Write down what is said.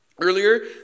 Earlier